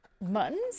Muttons